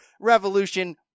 revolution